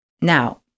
Now